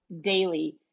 daily